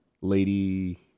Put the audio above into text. Lady